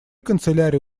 канцелярия